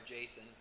Jason